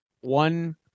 one